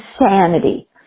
insanity